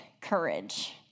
courage